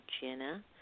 Jenna